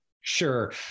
Sure